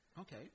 Okay